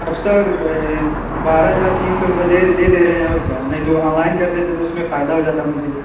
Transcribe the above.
अब सौ रुपए है बारह हजार तीन सौ रुपए दे दे दे रहें हैं और क्या नहीं तो ऑनलाइन कर देते तो उसमें फायदा हो जाता मुझे